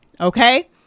Okay